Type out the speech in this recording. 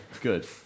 Good